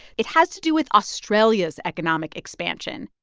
it has to do with australia's economic expansion.